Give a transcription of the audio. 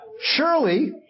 Surely